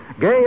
Gay